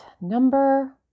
Number